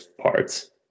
parts